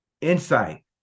insight